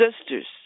Sisters